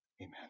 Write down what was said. Amen